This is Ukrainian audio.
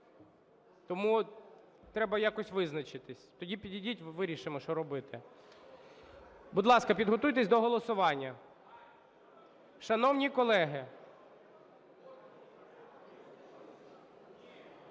Тому треба якось визначитись. Тоді підійдіть, вирішимо, що робити. Будь ласка, підготуйтесь до голосування. Шановні колеги…